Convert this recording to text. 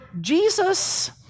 Jesus